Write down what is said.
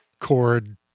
chord